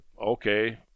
okay